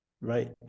right